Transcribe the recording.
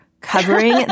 covering